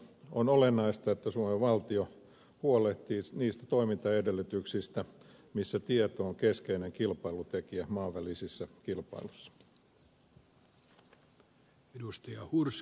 on olennaista että suomen valtio huolehtii niistä toimintaedellytyksistä missä tieto on keskeinen kilpailutekijä maiden välisessä kilpailussa